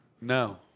No